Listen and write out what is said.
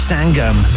Sangam